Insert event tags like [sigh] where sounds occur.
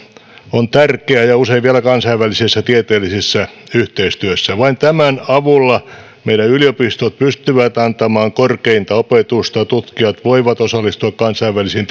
on tärkeä ja usein vielä kansainvälisessä tieteellisessä yhteistyössä vain tämän avulla meidän yliopistot pystyvät antamaan korkeinta opetusta tutkijat voivat osallistua kansainvälisiin [unintelligible]